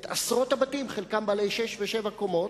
את עשרות הבתים שחלקם בעלי שש ושבע קומות,